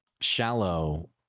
shallow